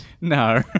No